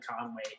Conway